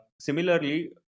Similarly